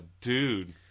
dude